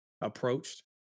approached